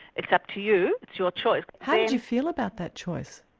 it's up to you, it's your choice. how did you feel about that choice?